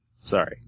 Sorry